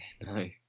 No